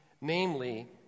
namely